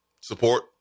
support